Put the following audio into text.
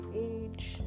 age